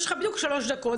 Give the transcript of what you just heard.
יש לך בדיוק שלוש דקות,